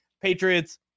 Patriots